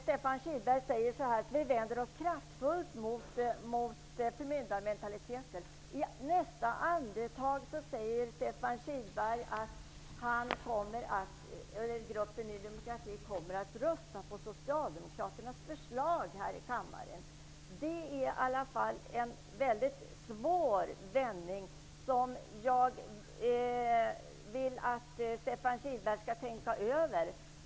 Stefan Kihlberg säger att man kraftigt vänder sig emot förmyndarmentaliteten. I nästa andetag säger han att Nydemokraterna kommer att rösta på Socialdemokraternas förslag. Det är en mycket svår vändning, som jag vill att Stefan Kihlberg skall tänka över.